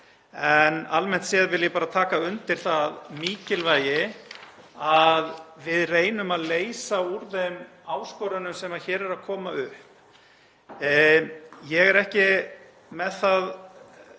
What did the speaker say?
En almennt séð vil ég bara taka undir að það er mikilvægt að við reynum að leysa úr þeim áskorunum sem hér eru að koma upp. Ég er ekki með það